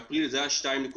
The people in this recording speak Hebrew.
באפריל זה היה 2.65%,